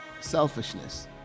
selfishness